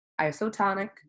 isotonic